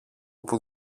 που